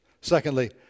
Secondly